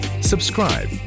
subscribe